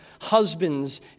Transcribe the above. husbands